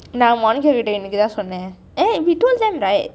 நான்:naan monica கிட்டே இனக்கி தான் சொன்னேன்:kittei inakki thaan sonnen you told them right